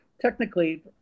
technically